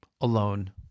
alone